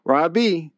Robbie